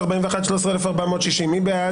13,441 עד 13,460, מי בעד?